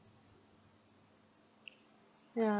yeah